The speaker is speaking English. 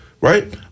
Right